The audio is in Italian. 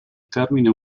termine